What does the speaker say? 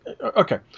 okay